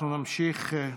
אנחנו נמשיך.